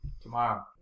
tomorrow